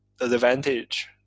advantage